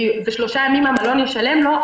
ושלושה ימים המלון ישלם לו,